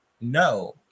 No